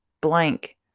blank